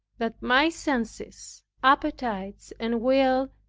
that my senses, appetites and will,